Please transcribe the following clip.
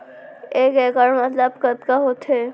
एक इक्कड़ मतलब कतका होथे?